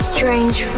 Strange